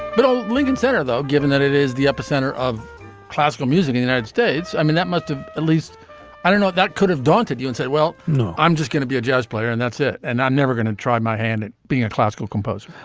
but lincoln center, though, given that it is the epicenter of classical music in united states, i mean, that must have at least i don't know. that could have daunted you and said, well, no, i'm just gonna be a jazz player and that's it and i'm never going to try my hand at being a classical composer.